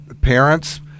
parents